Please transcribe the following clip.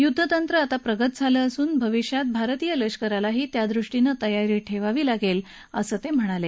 युद्धतंत्र आता प्रगत झालं असून भविष्यात भारतीय लष्करालाही त्यादृष्टीनं तयारी ठेवावी लागेल अशी सूचना त्यांनी केली